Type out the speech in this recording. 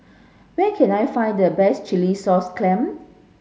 where can I find the best Chilli Sauce Clam